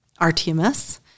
RTMS